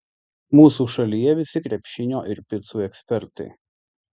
mūsų šalyje visi krepšinio ir picų ekspertai